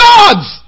God's